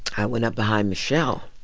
i went up behind michelle.